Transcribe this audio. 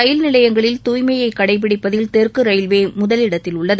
ரயில் நிலையங்களில் தாய்மையைக் கடைபிடிப்பதில் தெற்கு ரயில்வே முதலிடத்தில் உள்ளது